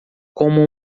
como